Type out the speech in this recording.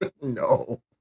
No